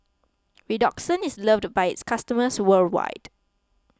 Redoxon is loved by its customers worldwide